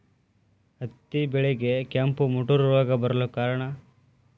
ಹತ್ತಿ ಬೆಳೆಗೆ ಕೆಂಪು ಮುಟೂರು ರೋಗ ಬರಲು ಕಾರಣ?